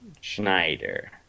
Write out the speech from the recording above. Schneider